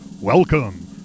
welcome